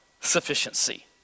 sufficiency